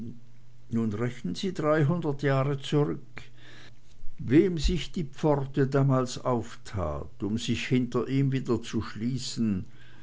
nun rechnen sie dreihundert jahre zurück wem sich die pforte damals auftat um sich hinter ihm wieder zu schließen